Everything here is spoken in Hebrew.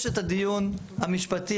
יש את הדיון המשפטי,